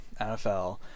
NFL